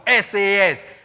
SAS